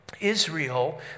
Israel